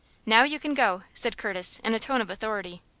now, you can go! said curtis, in a tone of authority.